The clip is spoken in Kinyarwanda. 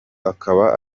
akaba